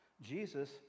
Jesus